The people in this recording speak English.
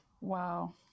Wow